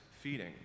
feeding